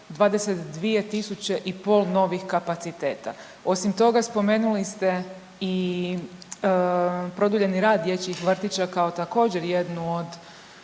22.500 novih kapaciteta. Osim toga spomenuli ste i produljeni rad dječjih vrtića kao također jednu od